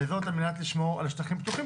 וזאת על מנת לשמור על שטחים פתוחים.